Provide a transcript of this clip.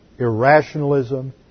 irrationalism